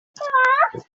пулнӑ